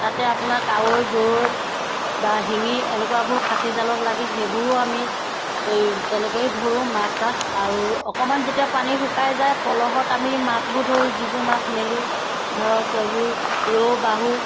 তাতে আপোনাৰ কাৱৈ গৰৈ বা শিঙি এনেকুৱাবোৰ ফাঁচীজালত লাগে সেইবোৰো আমি এই তেনেকেই ধৰোঁ মাছ চাছ আৰু অকণমান যেতিয়া পানী শুকাই যায় পলহত আমি মাছবোৰ ধৰোঁ যিবোৰ মাছ মেলোঁ ধৰক এইবোৰ ৰৌ বাহু